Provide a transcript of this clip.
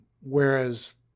Whereas